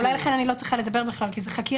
לכן, אולי, אני לא צריכה לדבר בכלל, כי זו חקירה.